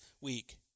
week